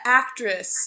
actress